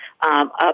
up